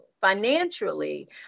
financially